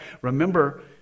Remember